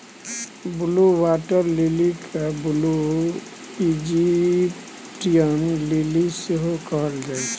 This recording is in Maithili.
ब्लु बाटर लिली केँ ब्लु इजिप्टियन लिली सेहो कहल जाइ छै